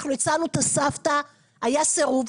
אנחנו הצענו את הסבתא, היה סירוב.